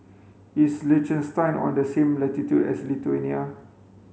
is Liechtenstein on the same latitude as Lithuania